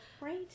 Right